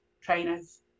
trainers